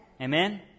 Amen